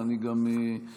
ואני גם אסביר.